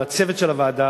לצוות של הוועדה,